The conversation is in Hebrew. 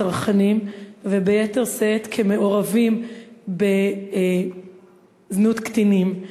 כצרכנים וביתר שאת כמעורבים בזנות קטינים.